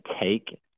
take